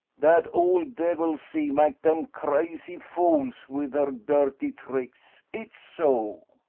dat ole davil sea make dem crazy fools with her dirty tricks. it's so.